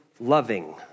loving